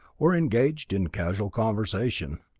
or engaged in casual conversation.